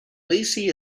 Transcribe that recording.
lacey